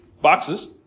boxes